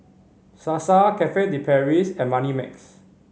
Sasa Cafe De Paris and Moneymax